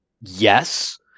yes